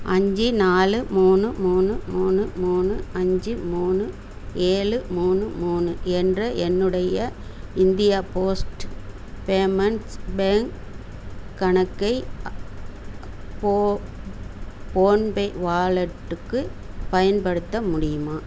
அஞ்சு நாலு மூணு மூணு மூணு மூணு அஞ்சு மூணு ஏழு மூணு மூணு என்ற என்னுடைய இந்தியா போஸ்ட் பேமெண்ட்ஸ் பேங்க் கணக்கை போ போன்பே வாலெட்டுக்கு பயன்படுத்த முடியுமா